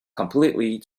completely